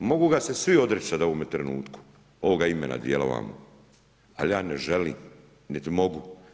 Mogu ga se svi odreći sada u ovome trenutku, ovoga imena djela, ali ja ne želim, niti mogu.